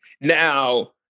Now